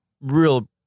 real